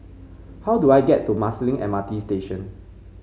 how do I get to Marsiling M R T Station